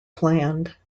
planned